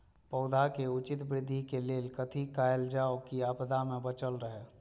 पौधा के उचित वृद्धि के लेल कथि कायल जाओ की आपदा में बचल रहे?